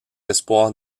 espoirs